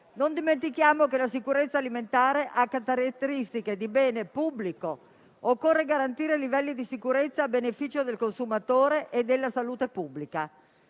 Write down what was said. Non dimentichiamo che la sicurezza alimentare ha caratteristiche di bene pubblico; occorre garantire livelli di sicurezza a beneficio del consumatore e della salute pubblica.